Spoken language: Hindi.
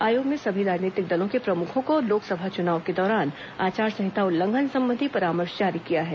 आयोग ने सभी राजनीतिक दलों के प्रमुखों को लोकसभा चुनाव के दौरान आचार संहिता उल्लंघन संबंधी परामर्श जारी किया है